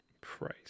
Price